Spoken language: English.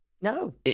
no